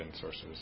sources